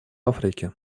африке